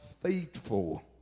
faithful